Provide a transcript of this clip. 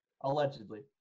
Allegedly